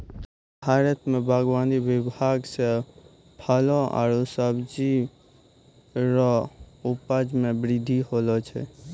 भारत मे बागवानी विभाग से फलो आरु सब्जी रो उपज मे बृद्धि होलो छै